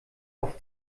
auf